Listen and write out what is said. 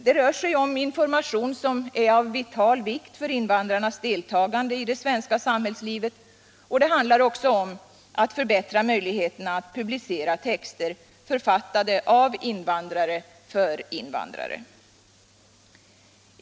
Det rör sig om information som är av vital vikt för invandrarnas deltagande i det svenska samhällslivet, och det handlar också om att förbättra möjligheterna att publicera texter, författade av invandrare för invandrare.